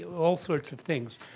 all sorts of things.